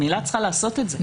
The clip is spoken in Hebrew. ממילא את צריכה לעשות את זה,